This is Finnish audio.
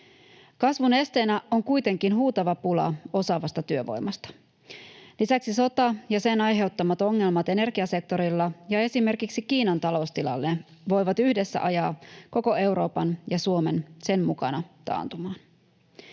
Kasvun esteenä on kuitenkin huutava pula osaavasta työvoimasta. Lisäksi sota ja sen aiheuttamat ongelmat energiasektorilla ja esimerkiksi Kiinan taloustilanne voivat yhdessä ajaa koko Euroopan ja Suomen sen mukana taantumaan.